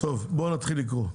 בואו נתחיל לקרוא.